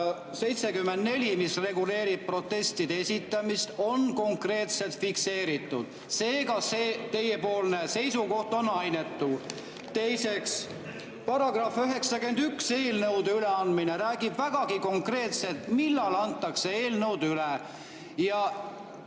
74, mis reguleerib protestide esitamist, on see konkreetselt fikseeritud. Seega see teiepoolne seisukoht on ainetu. Teiseks, § 91 "Eelnõude üleandmine" räägib vägagi konkreetselt, millal antakse eelnõud üle.